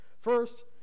First